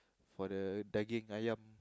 for the daging ayam